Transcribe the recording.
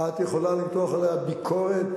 את יכולה למתוח עליה ביקורת,